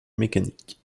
mécaniques